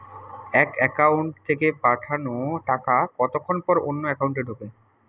এক একাউন্ট থেকে পাঠানো টাকা কতক্ষন পর অন্য একাউন্টে ঢোকে?